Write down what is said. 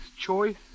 choice